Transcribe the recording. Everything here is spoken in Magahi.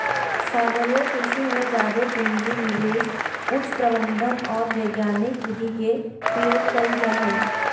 सागरीय कृषि में जादे पूँजी, निवेश, उच्च प्रबंधन और वैज्ञानिक विधि के प्रयोग कइल जा हइ